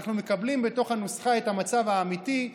אנחנו מקבלים בתוך הנוסחה את המצב האמיתי.